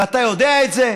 ואתה יודע את זה.